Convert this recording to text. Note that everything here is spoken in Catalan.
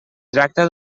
tracta